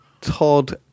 Todd